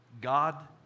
God